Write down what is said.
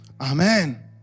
Amen